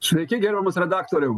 sveiki gerbiamas redaktoriau